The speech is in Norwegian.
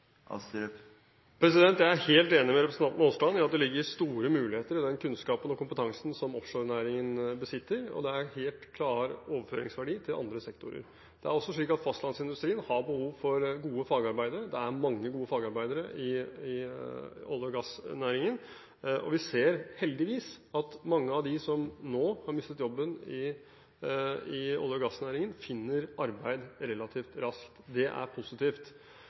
Jeg er helt enig med representanten Aasland i at det ligger store muligheter i den kunnskapen og kompetansen som offshorenæringen besitter, og det er en helt klar overføringsverdi til andre sektorer. Det er også slik at fastlandsindustrien har behov for gode fagarbeidere. Det er mange gode fagarbeidere i olje- og gassnæringen, og vi ser – heldigvis – at mange av dem som nå har mistet jobben i olje- og gassnæringen, finner arbeid relativt raskt. Det er positivt.